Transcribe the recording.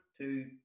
two